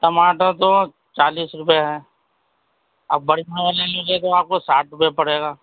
ٹماٹر تو چالیس روپئے ہے اب بڑھیا والا لیجیے گا آپ کوساٹھ روپئے پڑے گا